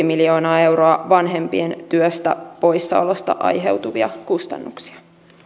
miljoonaa euroa vanhempien työstä poissaolosta aiheutuvia kustannuksia